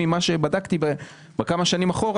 ממה שבדקתי כמה שנים אחורה,